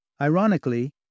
Ironically